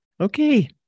Okay